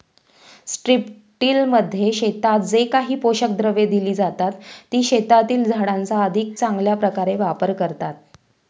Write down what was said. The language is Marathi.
स्ट्रिपटिलमध्ये शेतात जे काही पोषक द्रव्ये दिली जातात, ती शेतातील झाडांचा अधिक चांगल्या प्रकारे वापर करतात